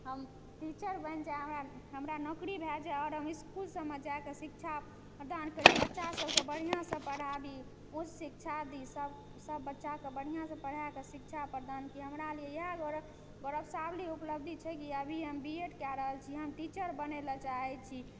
हम टीचर बनि जाइ हमरा नौकरी भए जाए आओर हम इसकुल सबमे जा कऽ शिक्षा प्रदान करी बच्चा सबके बढ़िआँसँ पढ़ाबी उच्च शिक्षा दी सब बच्चाके बढ़िआँसँ पढ़ा कऽ शिक्षा प्रदान करी हमरा लेल इएह गौरवशाली उपलब्धि छै कि अभी हम बी एड कए रहल छी हम टीचर बनै लए चाहै छी